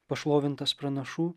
pašlovintas pranašų